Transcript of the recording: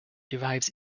derives